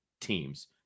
teams